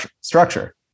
structure